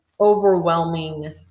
overwhelming